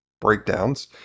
breakdowns